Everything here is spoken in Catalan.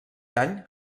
any